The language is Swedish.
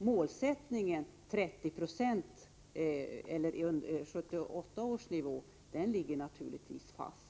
Målsättningen 30 96, 1978 års nivå, ligger naturligtvis fast.